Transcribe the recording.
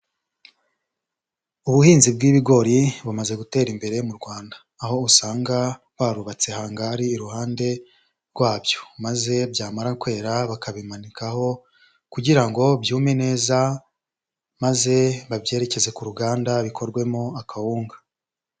Ubuhinzi bw'ibigori bumaze gutera imbere mu Rwanda. Aho usanga barubatse hangari iruhande rwabyo. Maze byamara kwera bakabimanikaho kugirango byume neza maze babyerekeze ku ruganda bikorwemo akawunga.